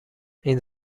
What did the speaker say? این